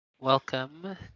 welcome